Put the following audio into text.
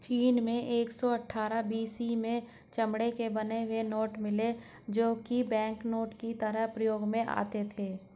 चीन में एक सौ अठ्ठारह बी.सी में चमड़े के बने हुए नोट मिले है जो की बैंकनोट की तरह प्रयोग में आते थे